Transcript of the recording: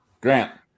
grant